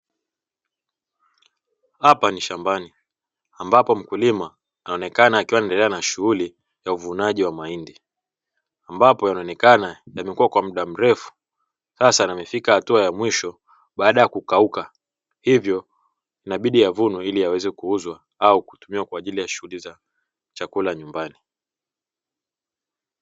Hapa ni shambani ambapo mkulima anaonekana akiwa anaendelea na shughuli ya uvunaji wa mahindi. Ambapo yanaonekana yamekua kwa mda mrefu, sasa yamefika hatua ya mwisho baada ya kukauka hivyo inabidi yavunwe ili yaweze kuuzwa au kutumiwa kwa ajili ya shughuli za chakula nyumbani.